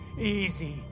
Easy